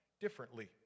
differently